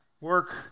Work